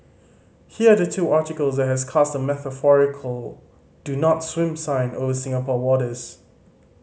here are the two articles that has cast a metaphorical do not swim sign over Singapore waters